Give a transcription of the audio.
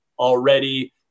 Already